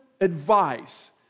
advice